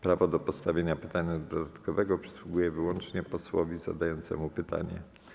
Prawo do postawienia pytania dodatkowego przysługuje wyłącznie posłowi zadającemu pytanie.